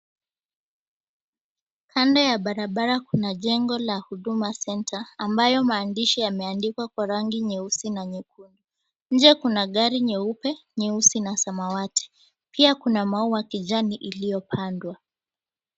Kando ya barabara kuna jengo la Huduma Center ambayo maandishi yameandikwa kwa rangi nyeusi na nyekundu. Nje kuna gari nyeupe, nyeusi na samawati. Pia kuna maua ya kijani iliyopandwa.